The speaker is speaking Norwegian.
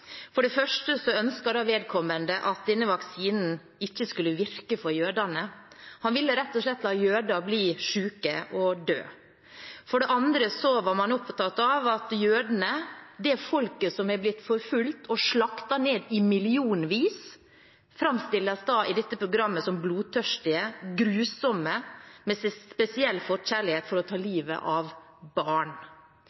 For det først ønsket vedkommende at denne vaksinen ikke skulle virke for jødene, han ville rett og slett la jøder bli syke og dø. For det andre var man opptatt av at jødene – det folket som er blitt forfulgt og slaktet ned i millionvis – i dette programmet framstilles som blodtørstige, grusomme med spesiell forkjærlighet for å ta